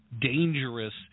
dangerous